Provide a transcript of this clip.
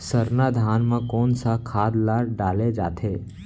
सरना धान म कोन सा खाद ला डाले जाथे?